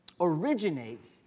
originates